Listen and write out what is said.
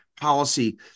policy